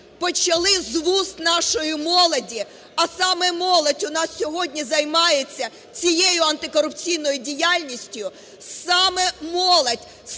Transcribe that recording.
почали з вуст нашої молоді, а саме молодь у нас сьогодні займається цією антикорупційною діяльністю,